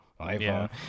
iPhone